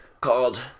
called